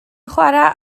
chwarae